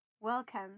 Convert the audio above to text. Welcome